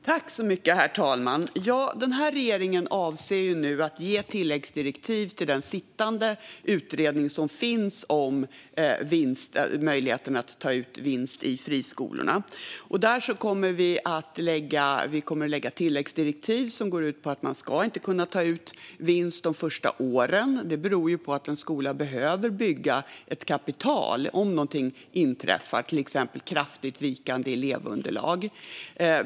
Herr talman! Den här regeringen avser att ge tilläggsdirektiv till den pågående utredningen av möjligheterna att ta ut vinst i friskolor. Tilläggsdirektiven kommer att gå ut på att man inte ska kunna ta ut vinst de första åren. Det beror på att en skola behöver bygga upp ett kapital om någonting inträffar, till exempel kraftigt vikande elevunderlag.